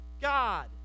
God